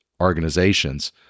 organizations